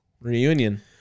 Reunion